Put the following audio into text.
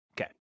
Okay